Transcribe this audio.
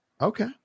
Okay